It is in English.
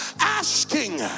asking